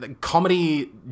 comedy